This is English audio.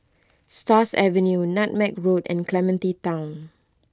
Stars Avenue Nutmeg Road and Clementi Town